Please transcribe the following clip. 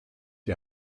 die